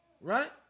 right